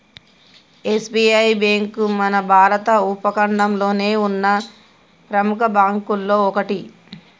SBI bank మన భారత ఉపఖండంలోనే ఉన్న ప్రెముఖ బ్యేంకుల్లో ఒకటి